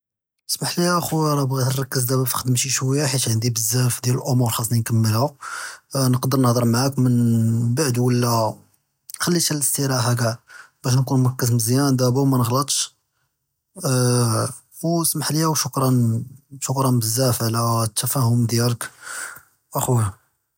אִסְמַחְלִי לִיָּא לְח'וּ כַּנְבְּגִי נְרַכְּז פִּי חְ'דְמְתִי שְוַיָּה חִית עְנְדִי בְּזַאף דְיָאל אֶלְאוּמוּר חַ'אסְנִי נְכַּמְּלְהָא, נְקַדֵר נְהַדְר מְעָאק מִן בְּעְד וְלָא נְחַלִּי חְתָּאן לִאִסְתִרָאחָה קַע בַּאש נְכוּן מְרַכְּז מְזְיָּאן דָאבָּה וּמַנְעְ'לָטְש, וְאִסְמַחְלִי וְשֻכְּרַאן בְּזַאף עַלָּא אֶתְּפַאהוּם דִיָאלֶכ אַחְ'וּיָא.